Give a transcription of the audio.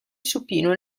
supino